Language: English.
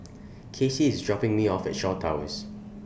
Kaci IS dropping Me off At Shaw Towers